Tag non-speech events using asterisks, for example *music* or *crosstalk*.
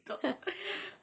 *noise*